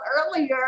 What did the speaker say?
earlier